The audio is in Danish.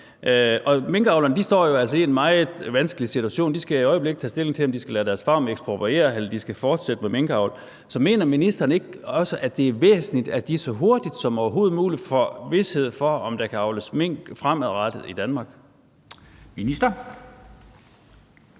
minkavlerne står jo altså i en meget vanskelig situation. De skal i øjeblikket tage stilling til, om de skal lade deres farm ekspropriere, eller om de skal fortsætte med minkavl. Så mener ministeren ikke også, at det er væsentligt, at de så hurtigt som overhovedet muligt får vished for, om der kan avles mink fremadrettet i Danmark?